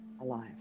alive